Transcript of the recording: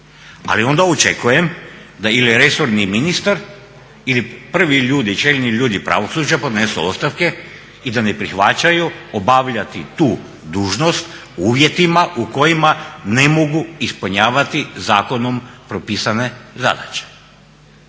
Ali onda očekujem da ili resorni ministar ili prvi ljudi, čelni ljudi pravosuđa podnesu ostavke i da ne prihvaćaju obavljati tu dužnost u uvjetima u kojima ne mogu ispunjavati zakonom propisane zadaće.